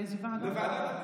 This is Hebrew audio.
לאיזו ועדה?